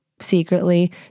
secretly